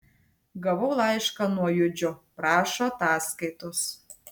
gavau laišką nuo judžio prašo ataskaitos